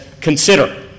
consider